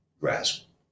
grasp